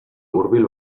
hurbil